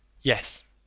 Yes